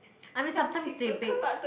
I mean sometimes they beg